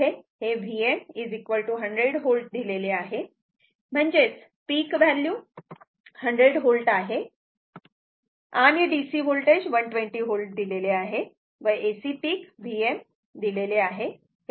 इथे हे Vm 100 V दिलेले आहे म्हणजेच पिक व्हॅल्यू 100V आहे आणि DC होल्टेज 120 V दिलेले आहे व AC पिक Vm दिलेले आहे